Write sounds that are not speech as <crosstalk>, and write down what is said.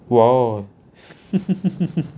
!wow! <laughs>